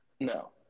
No